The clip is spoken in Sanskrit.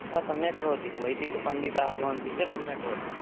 तथा सम्यक् भवति वैदिकपण्डिताः भवन्ति चेत् सम्यक् भवति